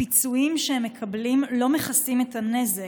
הפיצויים שהם מקבלים לא מכסים את הנזק,